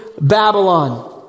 Babylon